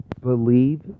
believe